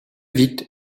vite